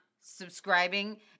subscribing